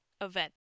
event